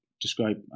describe